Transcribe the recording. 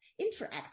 interact